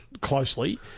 closely